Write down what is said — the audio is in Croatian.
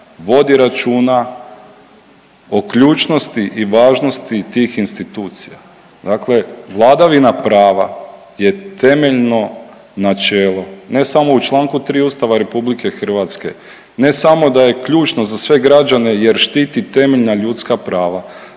vodi računa o ključnosti i važnosti tih institucija. Dakle vladavina prava je temeljno načelo, ne samo u čl. 3 Ustava RH, ne samo da je ključno za sve građane jer štiti temeljna ljudska prava,